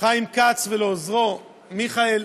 חיים כץ ולעוזרו מיכאל,